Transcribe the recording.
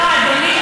לא, אדוני.